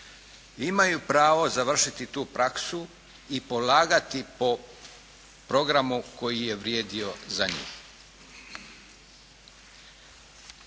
imaju pravo završiti tu praksu i polagati po programu koji je vrijedio za njih.